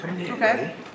Okay